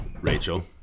Rachel